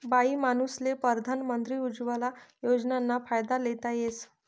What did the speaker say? बाईमानूसले परधान मंत्री उज्वला योजनाना फायदा लेता येस